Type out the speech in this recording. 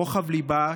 רוחב ליבה,